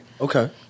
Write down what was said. Okay